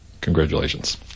congratulations